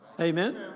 Amen